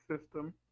system